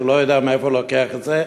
הוא לא יודע מאיפה הוא לוקח את זה.